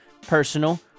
personal